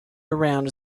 around